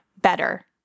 better